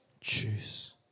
choose